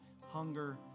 hunger